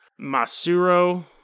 Masuro